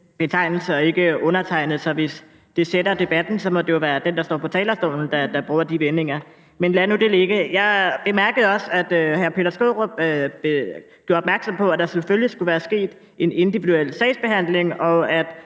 betegnelse, og ikke undertegnede, så hvis det sætter debatten, så må det jo være den, der står på talerstolen, og som bruger de vendinger. Men lad nu det ligge. Jeg bemærkede også, at hr. Peter Skaarup gjorde opmærksom på, at der selvfølgelig skulle være sket en individuel sagsbehandling, og at